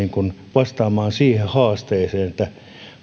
vastaamaan siihen haasteeseen että